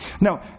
Now